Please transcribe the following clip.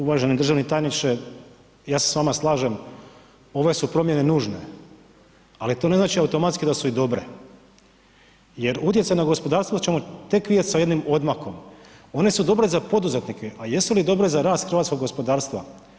Uvaženi državni tajniče, ja se s vama slažem, ove su promjene nužne ali to ne znači automatski da su i dobre jer utjecaj na gospodarstvo ćemo tek vidjeti sa jednim odmakom, one su dobre za poduzetnike ali jesu li dobre za rast hrvatskog gospodarstva?